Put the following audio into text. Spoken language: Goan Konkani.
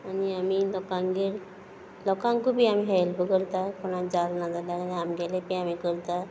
आनी आमी लोकांगेर लोकांक बी आमी हेल्प करता कोणा जालना जाल्यार आमगेले बी आमी करता